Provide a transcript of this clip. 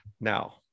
now